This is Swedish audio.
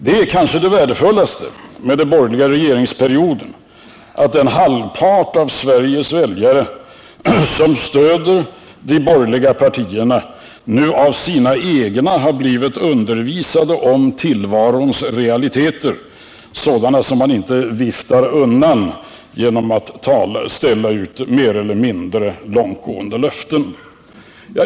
Det kanske värdefullaste med den borgerliga regeringsperioden är att den halvpart av Sveriges väljare som stöder de borgerliga partierna nu av sina egna har blivit undervisade om tillvarons realiteter, sådana som man inte viftar undan genom att ställa ut mer eller mindre långtgående löften.